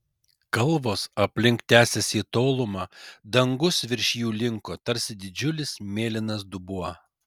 kalvos aplink tęsėsi į tolumą dangus virš jų linko tarsi didžiulis mėlynas dubuo